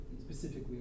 specifically